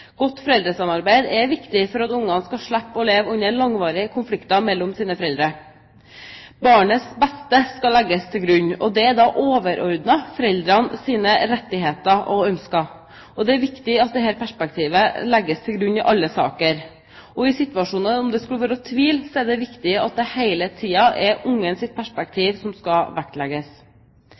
Godt foreldresamarbeid er viktig for at barna skal slippe å leve under langvarige konflikter mellom sine foreldre. Barnets beste skal legges til grunn; det er overordnet foreldrenes rettigheter og ønsker, og det er viktig at dette perspektivet legges til grunn i alle saker. I situasjoner hvor det skulle være tvil, er det viktig at det hele tiden er barnets perspektiv som skal vektlegges.